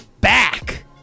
back